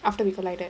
after we collided